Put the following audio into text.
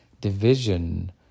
division